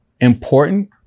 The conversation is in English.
important